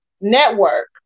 network